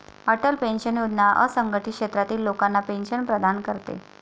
Atal pension योजना असंघटित क्षेत्रातील लोकांना पेन्शन प्रदान करते